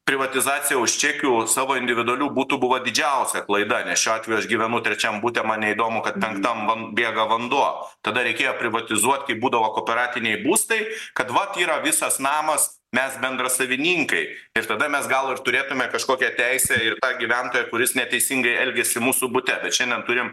privatizacija už čekių savo individualių butų buvo didžiausia klaida nes šiuo atveju aš gyvenu trečiam bute man neįdomu kad ten tam van bėga vanduo tada reikėjo privatizuot kai būdavo kooperatiniai būstai kad vat yra visas namas mes bendrasavininkai ir tada mes gal turėtume kažkokią teisę ir gyventoją kuris neteisingai elgiasi mūsų bute bet šiandien turim